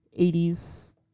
80s